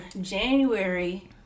january